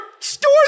store